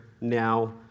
now